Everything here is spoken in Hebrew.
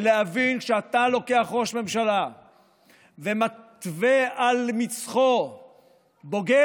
ולהבין שכשאתה לוקח ראש ממשלה ומתווה על מצחו בוגד,